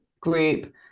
group